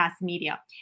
Media